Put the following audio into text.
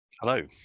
Hello